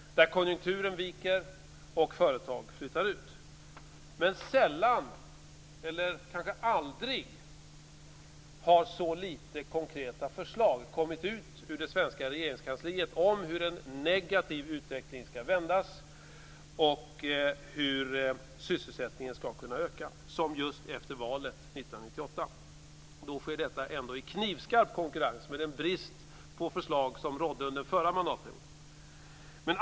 Konjunkturen viker och företag flyttar ut. Men sällan, eller kanske aldrig, har så få konkreta förslag om hur en negativ utveckling skall vändas och hur sysselsättningen skall kunna öka, kommit ut ur det svenska regeringskansliet som just efter valet 1998. Detta sker ändå i knivskarp konkurrens med den brist på förslag som rådde under den förra mandatperioden.